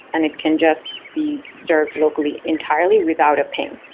and it can just be served locally entirely without a ping.